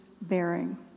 bearing